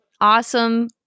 awesome